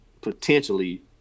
potentially